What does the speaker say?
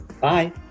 Bye